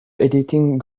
editing